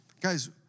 Guys